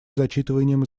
зачитыванием